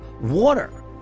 water